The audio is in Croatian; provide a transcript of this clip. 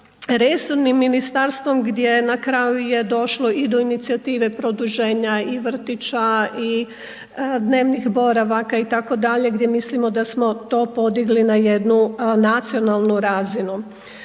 resornim ministarstvom gdje na kraju je došlo i do inicijative produženja i vrtića i dnevnih boravaka itd., gdje mislimo da smo to podigli na jednu nacionalnu razinu.